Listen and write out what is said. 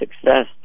success